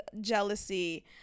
jealousy